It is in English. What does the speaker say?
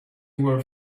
were